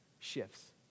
Shifts